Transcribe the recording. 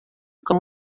com